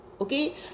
Okay